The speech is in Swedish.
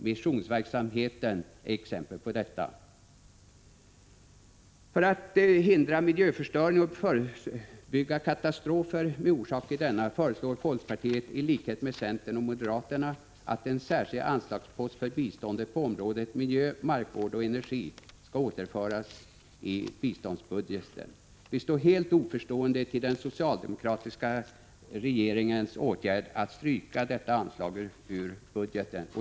Missionsverksamheten är exempel på detta. För att hindra miljöförstöring och förebygga katastrofer med orsak i denna föreslår folkpartiet, i likhet med centern och moderaterna, att en särskild anslagspost för bistånd på området miljö, markvård och energi skall återinföras i biståndsbudgeten. Vi står helt oförstående till att den socialdemokratiska regeringen strukit detta anslag ur budgeten.